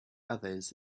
others